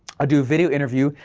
i'd do a video interview,